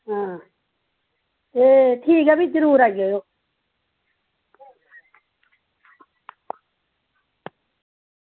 ते ठीक ऐ भी जरूर आई जायो